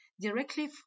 directly